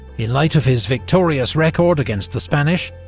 in light of his victorious record against the spanish,